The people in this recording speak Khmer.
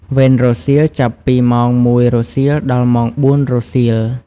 វេនរសៀល ចាប់ពីម៉ោង ១ រសៀល ដល់ម៉ោង ៤ រសៀល។